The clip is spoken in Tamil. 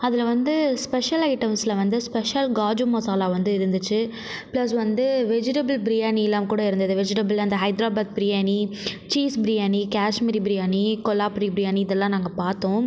அதில் வந்து ஸ்பெஷல் ஐட்டம்ஸில் வந்து ஸ்பெஷல் காஜு மசாலா வந்து இருந்துச்சு பிளஸ் வந்து வெஜிடபிள் பிரியாணியெலாம்கூட இருந்தது வெஜிடபிள் அந்த ஹைதராபாத் பிரியாணி சீஸ் பிரியாணி காஷ்மீரி பிரியாணி கொலாபூரி பிரியாணி இதெல்லாம் நாங்கள் பார்த்தோம்